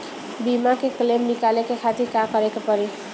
बीमा के क्लेम निकाले के खातिर का करे के पड़ी?